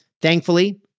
Thankfully